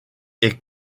est